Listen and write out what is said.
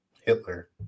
hitler